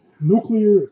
nuclear